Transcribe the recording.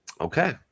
Okay